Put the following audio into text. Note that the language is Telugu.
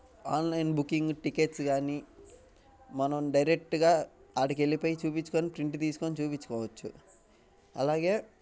ఆన్లైన్ బుకింగ్ టిక్కెట్స్ కానీ మనం డైరెక్ట్గా అక్కడికి వెళ్ళిపోయి చూపించుకోని ప్రింట్ తీసుకోని చూపించుకోవచ్చు అలాగే